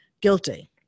guilty